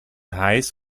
heiß